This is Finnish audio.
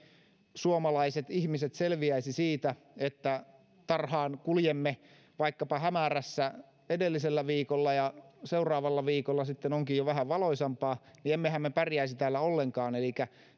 suomalaiset ihmiset selviäisi siitä että tarhaan kuljemme vaikkapa hämärässä edellisellä viikolla ja seuraavalla viikolla sitten onkin jo vähän valoisampaa niin emmehän me pärjäisi täällä ollenkaan elikkä